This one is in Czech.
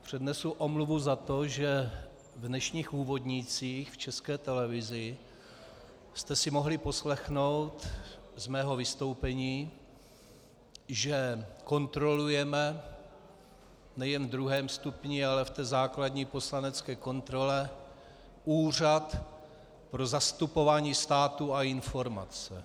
Přednesu omluvu za to, že v dnešních úvodnících v České televizi jste si mohli poslechnout z mého vystoupení, že kontrolujeme nejen v druhém stupni, ale v té základní poslanecké kontrole, Úřad pro zastupování státu a informace.